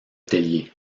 tellier